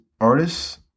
artists